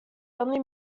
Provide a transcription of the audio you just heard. only